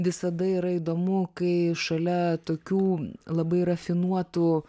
visada yra įdomu kai šalia tokių labai rafinuotų